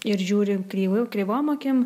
ir žiūri kreivai kreivom akim